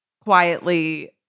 quietly